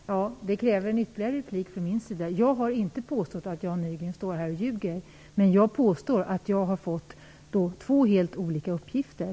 Herr talman! Det kräver ett ytterligare inlägg från min sida. Jag har inte påstått att Jan Nygren står här och ljuger. Men jag påstår att jag har fått två helt olika uppgifter.